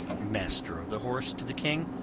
master of the horse to the king,